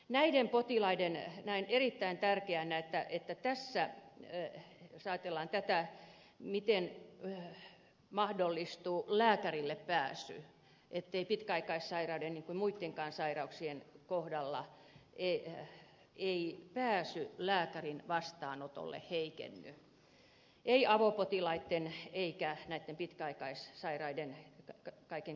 näiden potilaiden osalta näen erittäin tärkeänä että tässä ajatellaan miten mahdollistuu lääkärillepääsy ettei pitkäaikaissairaiden niin kuin ei muittenkaan sairauksien kohdalla pääsy lääkärin vastaanotolle heikenny ei avopotilaitten eikä näitten pitkäaikaissairaiden kaiken kaikkiaan